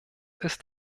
ist